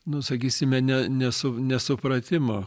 nu sakysime ne nesu nesupratimo